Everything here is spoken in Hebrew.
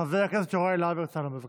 חבר הכנסת יוראי להב הרצנו, בבקשה.